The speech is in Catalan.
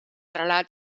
relat